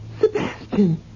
Sebastian